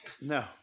No